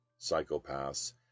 psychopaths